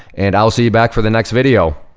and i will see you back for the next video.